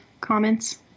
comments